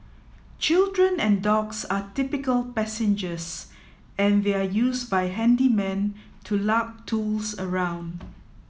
children and dogs are typical passengers and they're used by handymen to lug tools around